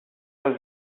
was